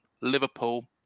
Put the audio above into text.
Liverpool